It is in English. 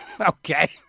Okay